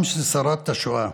עם ששרד את השואה